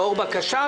לאור בקשה,